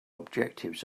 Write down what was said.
objectives